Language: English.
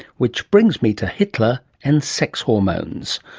which brings me to hitler and sex hormones.